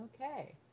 Okay